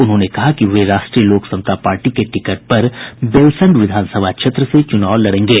उन्होंने कहा कि वे राष्ट्रीय लोक समता पार्टी के टिकट पर बेलसंड विधानसभा क्षेत्र से चुनाव लड़ेंगे